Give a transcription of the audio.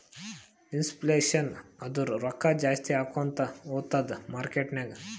inflation ಅಂದುರ್ ರೊಕ್ಕಾ ಜಾಸ್ತಿ ಆಕೋತಾ ಹೊತ್ತುದ್ ಮಾರ್ಕೆಟ್ ನಾಗ್